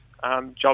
Job